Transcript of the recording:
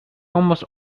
almost